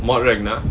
no drag னா:naa